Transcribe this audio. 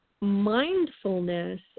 mindfulness